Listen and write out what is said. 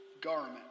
garment